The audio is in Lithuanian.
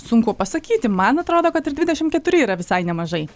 sunku pasakyti man atrodo kad ir dvidešim keturi yra visai nemažai